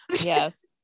Yes